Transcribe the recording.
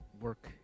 work